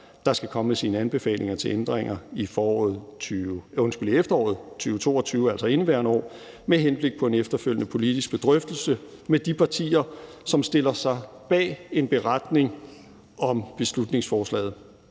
der skal komme med deres anbefalinger til ændringer i efteråret 2022, altså i indeværende år, med henblik på en efterfølgende politisk drøftelse med de partier, som stiller sig bag en beretning om beslutningsforslaget.